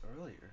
earlier